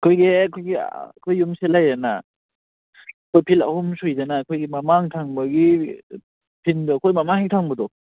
ꯑꯩꯈꯣꯏꯒꯤ ꯌꯨꯝ ꯁꯤꯗ ꯂꯩꯔꯦꯅ ꯑꯩꯈꯣꯏ ꯐꯤꯜ ꯑꯍꯨꯝ ꯁꯨꯏꯗꯅ ꯑꯩꯈꯣꯏꯒꯤ ꯃꯃꯥꯡ ꯊꯪꯕꯒꯤ ꯐꯤꯜꯗꯣ ꯑꯩꯈꯣꯏ ꯃꯃꯥꯡ ꯍꯦꯛ ꯊꯪꯕꯗꯣ